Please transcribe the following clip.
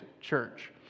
church